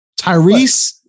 Tyrese